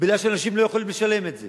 מפני שאנשים לא יכולים לשלם את זה